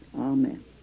Amen